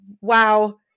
wow